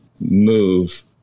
move